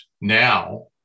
now